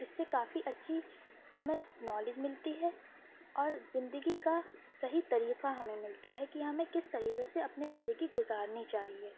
اس سے کافی اچھی ہمیں نالج ملتی ہے اور زندگی کا صحیح طریقہ ہمیں ملتا ہے کہ ہمیں کس طریقے سے اپنی زندگی گزارنی چاہیے